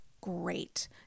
great